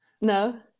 No